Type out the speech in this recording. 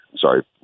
sorry